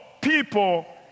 people